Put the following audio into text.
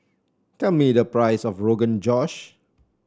tell me the price of Rogan Josh